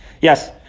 Yes